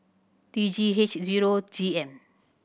T Three H zero G M